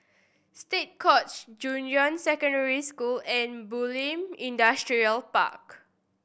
State Courts Junyuan Secondary School and Bulim Industrial Park